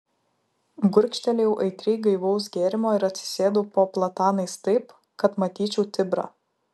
gurkštelėjau aitriai gaivaus gėrimo ir atsisėdau po platanais taip kad matyčiau tibrą